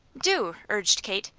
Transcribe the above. do! urged kate.